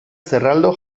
zerraldo